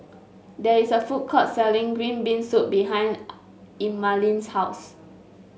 there is a food court selling Green Bean Soup behind Emaline's house